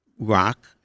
Rock